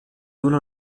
uno